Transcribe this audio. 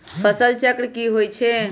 फसल चक्र की होई छै?